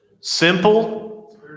simple